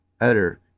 Utter